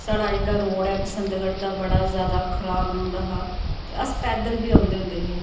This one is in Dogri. साढ़ा जेह्का रोड ऐ बसंतगढ़ दा बड़ा ज्यादा खराब रौंह्दा हा ते अस पैदल बी औंदे हुंदे हे